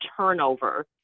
turnover